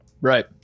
Right